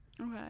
Okay